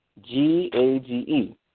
G-A-G-E